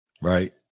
Right